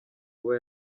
kuba